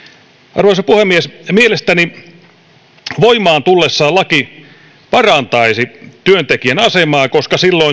arvoisa puhemies mielestäni voimaan tullessaan laki parantaisi työntekijän asemaa koska silloin